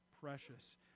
precious